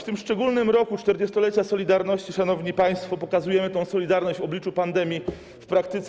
W tym szczególnym roku 40-lecia „Solidarności”, szanowni państwo, pokazujemy tę solidarność w obliczu pandemii w praktyce.